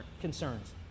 concerns